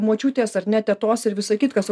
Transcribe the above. močiutės ar ne tetos ir visa kitkas